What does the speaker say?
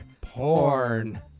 porn